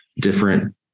different